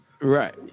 Right